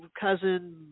cousin